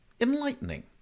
enlightening